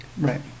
Right